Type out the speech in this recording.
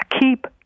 keep